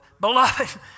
Beloved